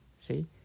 see